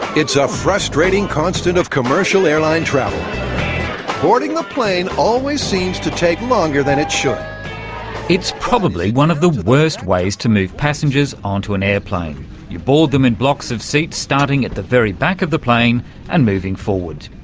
it's a frustrating constant of commercial airline travel boarding the plane always seems to take longer than it should, antony funnell it's probably one of the worst ways to move passengers onto an aeroplane you board them in blocks of seats starting at the very back of the plane and moving forward.